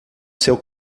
seu